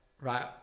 right